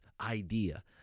idea